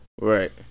Right